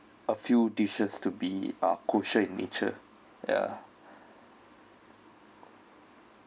a few dishes to be uh kosher in nature ya